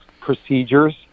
procedures